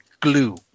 glue